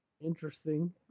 Interesting